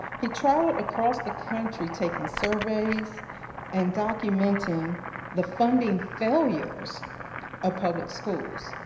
he traveled across the country taking surveys and documenting the funding failures of public schools,